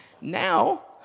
now